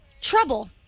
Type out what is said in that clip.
trouble